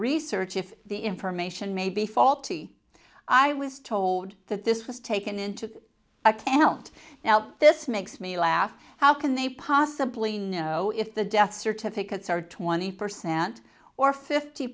research if the information may be faulty i was told that this was taken into account now this makes me laugh how can they possibly know if the death certificates are twenty percent or fifty